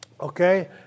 Okay